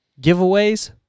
giveaways